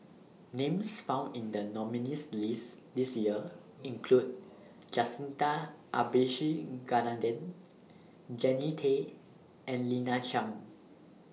Names found in The nominees' list This Year include Jacintha Abisheganaden Jannie Tay and Lina Chiam